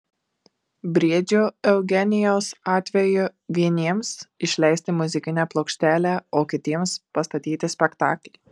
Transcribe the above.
briedžio eugenijaus atveju vieniems išleisti muzikinę plokštelę o kitiems pastatyti spektaklį